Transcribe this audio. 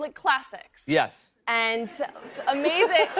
like classics. yes. and amazing.